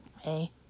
Hey